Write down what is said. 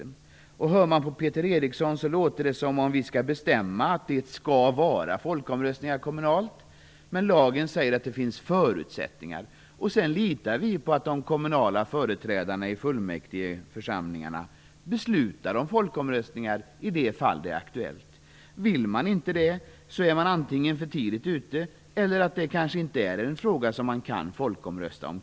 När man lyssnar på Peter Eriksson låter det som om vi kommer att bestämma att det skall hållas kommunala folkomröstningar, men lagen säger bara att det finns förutsättningar för detta. Sedan litar vi på att de kommunala företrädarna i fullmäktigeförsamlingarna beslutar om folkomröstningar i de fall där det är aktuellt. Vill de inte det, är man antingen för tidigt ute, eller så är det kanske inte en fråga som det kan folkomröstas om.